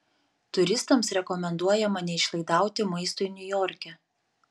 turistams rekomenduojama neišlaidauti maistui niujorke